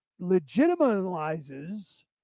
legitimizes